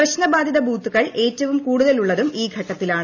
പ്രശ്നബാധിത ബൂത്തുകൾ ഏറ്റവും കൂടുതലുള്ളതും ഈ ഘട്ടത്തിലാണ്